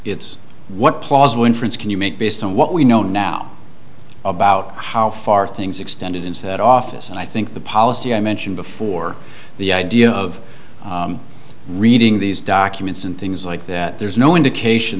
it's what plausible inference can you make based on what we know now about how far things extended into that office and i think the policy i mentioned before the idea of reading these documents and things like that there's no indication